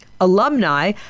Alumni